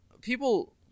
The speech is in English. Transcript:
People